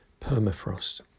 permafrost